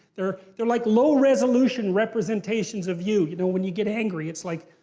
they're they're like low-resolution representations of you you know when you get angry. it's like,